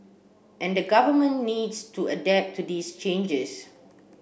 and the government needs to adapt to these changes